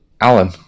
Alan